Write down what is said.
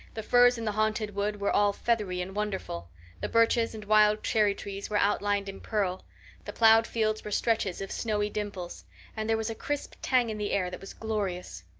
the firs in the haunted wood were all feathery and wonderful the birches and wild cherry trees were outlined in pearl the plowed fields were stretches of snowy dimples and there was a crisp tang in the air that was glorious.